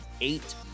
eight